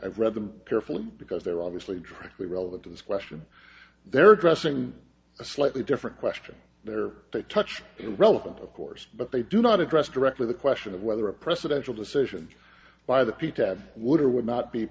i've read them carefully because they're obviously dramatically relevant to this question they're addressing a slightly different question there that touch irrelevant of course but they do not address directly the question of whether a presidential decision by the p tab would or would not be